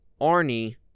Arnie